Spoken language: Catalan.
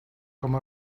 com